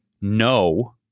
no